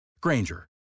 Granger